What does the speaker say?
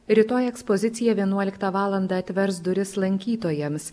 rytoj ekspozicija vienuoliktą valandą atvers duris lankytojams